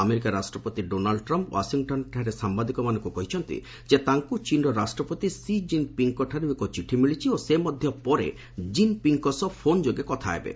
America ରାଷ୍ଟ୍ରପତି Donald Trump ଓ୍ୱାଶିଂଟନ୍ଠାରେ ସାମ୍ବାଦିକମାନଙ୍କୁ କହିଛନ୍ତି ଯେ ତାଙ୍କୁ ଚୀନ୍ର ରାଷ୍ଟ୍ରପତି ସି ଜିନ୍ ପିଙ୍ଗ୍ଠାରୁ ଏକ ଚିଠି ମିଳିଛି ଓ ସେ ମଧ୍ୟ ପରେ ଜିନ୍ ପିଙ୍ଗ୍ଙ୍କ ସହ ଫୋନ୍ ଯୋଗେ କଥାହେବେ